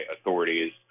authorities